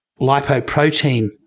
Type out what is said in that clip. lipoprotein